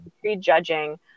prejudging